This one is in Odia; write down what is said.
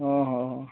ଅଃ ହଃ